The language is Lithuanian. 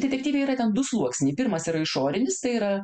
detektyve yra ten du sluoksniai pirmas yra išorinis tai yra